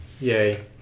Yay